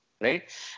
Right